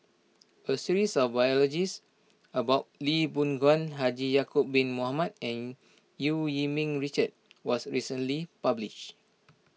a series of biographies about Lee Boon Ngan Haji Ya'Acob Bin Mohamed and Eu Yee Ming Richard was recently published